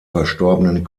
verstorbenen